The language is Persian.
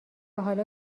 حالا